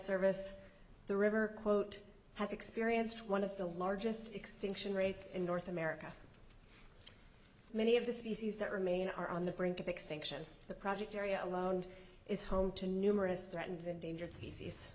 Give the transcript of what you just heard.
service the river quote has experienced one of the largest extinction rates in north america many of the species that remain are on the brink of extinction the project area alone is home to numerous threatened endangered species